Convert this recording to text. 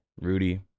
Rudy